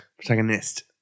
Protagonist